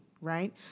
right